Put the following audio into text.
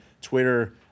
Twitter